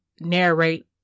narrate